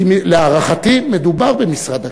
כי להערכתי מדובר במשרד הקליטה.